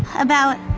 about